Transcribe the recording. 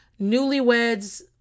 Newlyweds